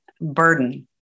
burden